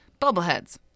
Bubbleheads